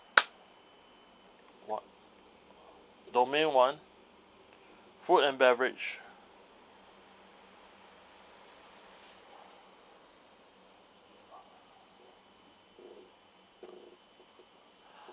one domain one food and beverage